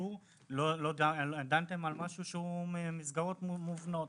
דנתם על משהו שהוא מסגרות מובנות,